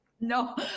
No